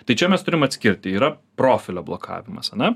tai čia mes turim atskirti yra profilio blokavimas ane